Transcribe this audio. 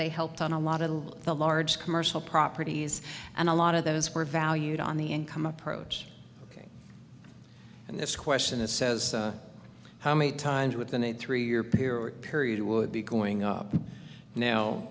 they helped on a lot of the large commercial properties and a lot of those were valued on the income approach and this question is says how many times within a three year period period would be going up now